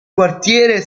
quartiere